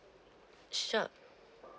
sure